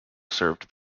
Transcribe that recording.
served